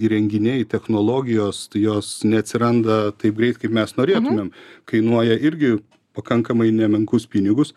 įrenginiai technologijos tai jos neatsiranda taip greit kaip mes norėtųmėm kainuoja irgi pakankamai nemenkus pinigus